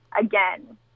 again